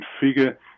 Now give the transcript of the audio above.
figure